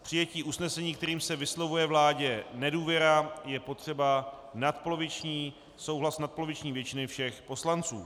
K přijetí usnesení, kterým se vyslovuje vládě nedůvěra, je potřeba souhlas nadpoloviční většiny všech poslanců.